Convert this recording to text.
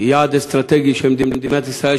היא יעד אסטרטגי של מדינת ישראל,